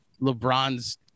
LeBron's